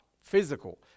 physical